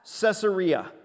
Caesarea